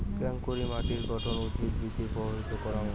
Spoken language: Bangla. কেঙকরি মাটির গঠন উদ্ভিদ বৃদ্ধিত প্রভাবিত করাং?